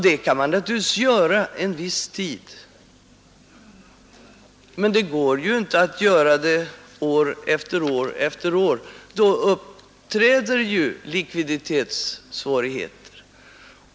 Det kan man naturligtvis göra en viss tid, men det går ju inte att göra det år efter år — då uppträder likviditetssvårigheter.